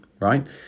Right